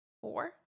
Four